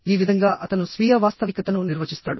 ఈ విధంగా అతను స్వీయ వాస్తవికతను నిర్వచిస్తాడు